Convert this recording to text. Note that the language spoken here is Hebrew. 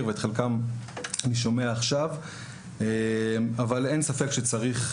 ועל חלקן אני שומע היום אבל אין ספק שצריך,